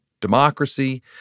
democracy